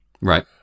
Right